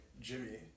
Jimmy